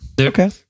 Okay